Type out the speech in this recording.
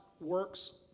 works